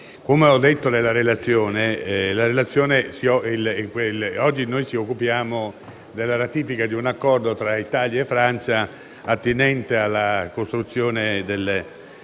Come ho detto, illustrando la mia relazione, oggi ci occupiamo della ratifica di un accordo tra Italia e Francia attinente alla costruzione della